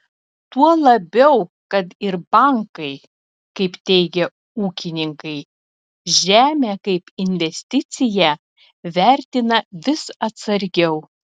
tuo labiau kad ir bankai kaip teigia ūkininkai žemę kaip investiciją vertina vis atsargiau